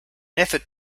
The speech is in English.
effort